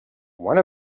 one